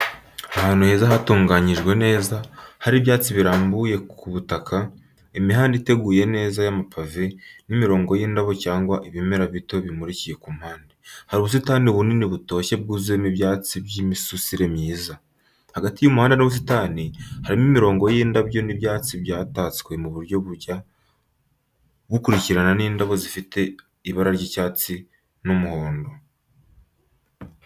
Ahantu heza hatunganyijwe neza, hari ibyatsi birambuye ku butaka, imihanda iteguye neza y’amapave, n’imirongo y’indabo cyangwa ibimera bito bimurikiye ku mpande. Hari ubusitani bunini butoshye bwuzuyemo ibyatsi by’imisusire myiza. Hagati y’umuhanda n’ubusitani harimo imirongo y’indabo n'ibyatsi byatatswe mu buryo bujya bukurikirana indabo zifite ibara ry'icyatsi n’umuhondo.